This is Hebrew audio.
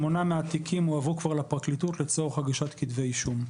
שמונה מהתיקים כבר הועברו לפרקליטות לצורך הגשת כתבי אישום.